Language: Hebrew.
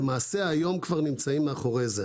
למעשה, היום אנחנו נמצאים כבר אחרי זה.